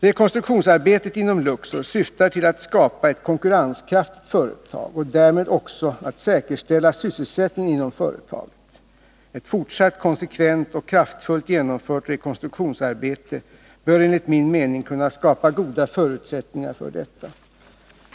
Rekonstruktionsarbetet inom Luxor syftar till att skapa ett konkurrenskraftigt företag och därmed också att säkerställa sysselsättningen inom företaget. Ett fortsatt konsekvent och kraftfullt genomfört rekonstruktionsarbete bör enligt min mening kunna skapa goda förutsättningar för detta.